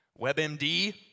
WebMD